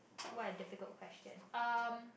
what a difficult question